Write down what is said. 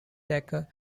decker